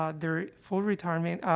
um their full retirement